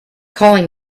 calling